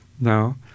now